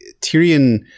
Tyrion